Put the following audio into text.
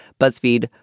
BuzzFeed